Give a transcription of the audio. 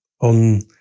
on